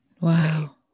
Wow